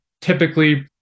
typically